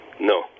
No